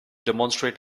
demonstrate